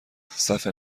صحفه